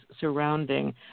surrounding